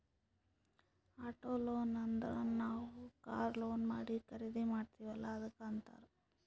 auto loan ಅಂದುರ್ ನಾವ್ car loan ಮಾಡಿ ಖರ್ದಿ ಮಾಡ್ತಿವಿ ಅಲ್ಲಾ ಅದ್ದುಕ್ ಅಂತ್ತಾರ್